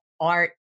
art